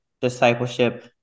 discipleship